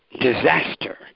disaster